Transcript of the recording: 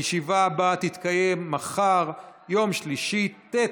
הישיבה הבאה תתקיים מחר, יום שלישי ט'